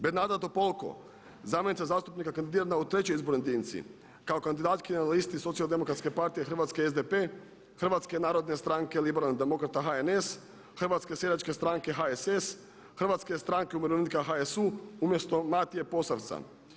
Bernarda Topolko zamjenica zastupnika kandidirana u trećoj izbornoj jedinici kao kandidatkinja na listi Socijaldemokratske partije Hrvatske SDP, Hrvatske narodne stranke liberalnih demokrata HNS, Hrvatske seljačke stranke HSS, Hrvatske stranke umirovljenika HSU umjesto Matije Posavca.